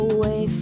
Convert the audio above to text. Away